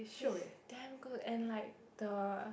is damn good and like the